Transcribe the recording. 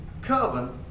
coven